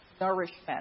nourishment